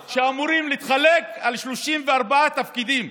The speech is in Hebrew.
19, שאמורים להתחלק על 34 תפקידים.